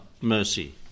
Mercy